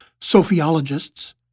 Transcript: sophiologists